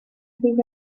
think